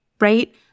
right